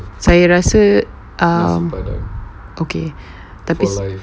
saya rasa um okay tapi